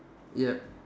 yup